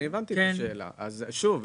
אני הבנתי את השאלה שלו.